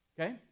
Okay